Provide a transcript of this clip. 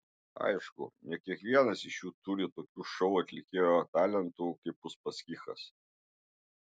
aišku ne kiekvienas iš jų turi tokių šou atlikėjo talentų kaip uspaskichas